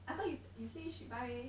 I thought you t~ you say she buy